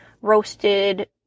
roasted